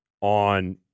on